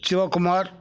Sivakumar